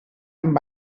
amb